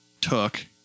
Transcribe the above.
took